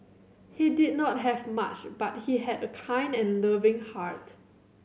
he did not have much but he had a kind and loving heart